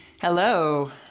Hello